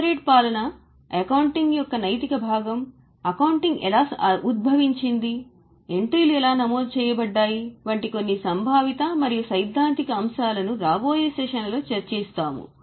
corporate పాలన accounting యొక్క నైతిక భాగం అకౌంటింగ్ ఎలా ఉద్భవించింది ఎంట్రీలు ఎలా నమోదు చేయబడ్డాయి వంటి కొన్ని సంభావిత మరియు సైద్ధాంతిక అంశాలను రాబోయే సెషన్లలో చర్చిస్తాము